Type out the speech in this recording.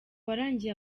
warangiye